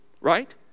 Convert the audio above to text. right